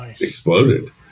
exploded